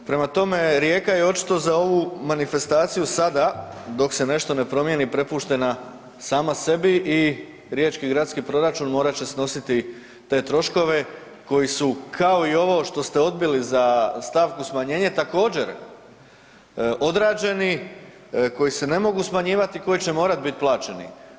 Prema tome, Rijeka je očito za ovu manifestaciju sada, dok se nešto ne promijeni, prepuštena sama sebi i riječki gradski proračun morat će snositi te troškove koji su kao i ovo što ste odbili za stavku smanjenja također odrađeni, koji se ne mogu smanjivati i koji će morati biti plaćeni.